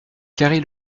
carry